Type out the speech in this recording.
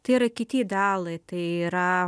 tai yra kiti idealai tai yra